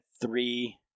three